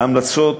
ההמלצות